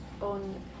on